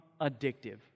addictive